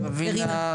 היהודית.